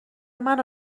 منو